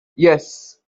yes